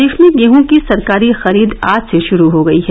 प्रदेश में गेह की सरकारी खरीद आज से श्रू हो गयी है